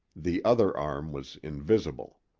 the other arm was invisible.